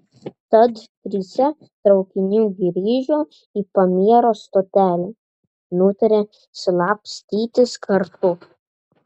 tad trise traukiniu grįžo į pamierio stotelę nutarė slapstytis kartu